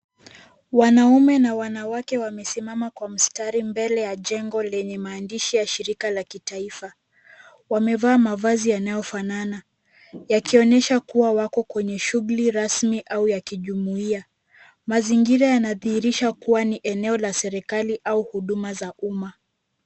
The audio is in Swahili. Wanaume na wanawake wamesimama kwa mstari mbele ya jengo lenye maandishi ya shirika la kitaifa. Wamevaa mavazi yanayofanana yakionyesha kuwa wako kwenye shughuli rasmi au ya kijumuia. Mazingira yanadhihirisha kuwa ni eneo la serikali au huduma za umma.